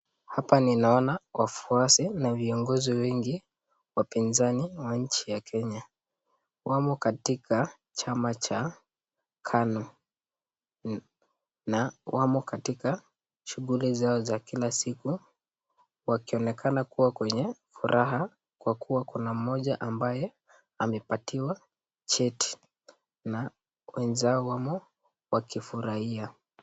Hapa ninaona wafuasi na viongozi wengi wa pinzani wa nchi ya Kenya. Wamo katika chama cha KANU na wamo katika shughuli zao zakila siku wakionekana kuwa wenye furaha kwa kuwa kuna mmoja ambaye amepatiwa cheti na wenzao wamo wakifurahia.